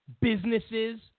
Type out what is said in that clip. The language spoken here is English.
businesses